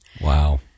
Wow